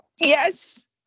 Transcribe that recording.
yes